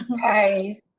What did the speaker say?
Hi